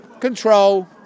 control